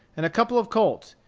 and a couple of colts,